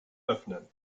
öffnen